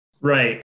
Right